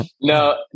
no